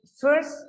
First